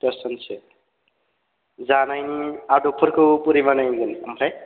दसजोनसो जानायनि आदबफोरखौ बोरै बानायगोन ओमफ्राय